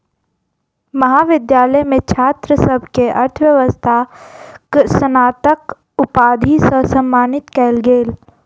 महाविद्यालय मे छात्र सभ के अर्थव्यवस्थाक स्नातक उपाधि सॅ सम्मानित कयल गेल